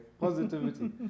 Positivity